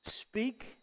speak